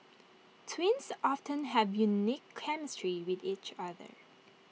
twins often have unique chemistry with each other